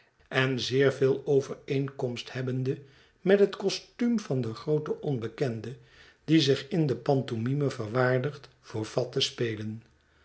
en zeer veel overeenkomst hebbende met het costuum van den grooten onbekende die zich in de pantomime verwaardigt voor fat te spelen